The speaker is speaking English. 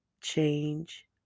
change